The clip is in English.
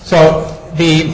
so the